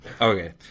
Okay